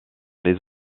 les